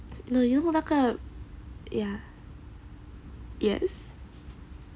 then you know 那个 ya yes